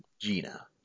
Gina